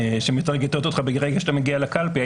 שמטרגטות אותך ברגע שאתה מגיע לקלפי.